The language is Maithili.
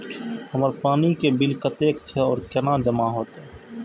हमर पानी के बिल कतेक छे और केना जमा होते?